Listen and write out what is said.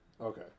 Okay